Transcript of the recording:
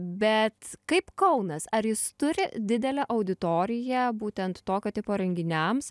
bet kaip kaunas ar jis turi didelę auditoriją būtent tokio tipo renginiams